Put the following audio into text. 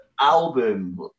Album